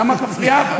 אל תפריעי.